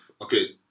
Okay